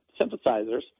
synthesizers